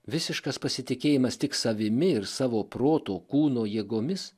visiškas pasitikėjimas tik savimi ir savo proto kūno jėgomis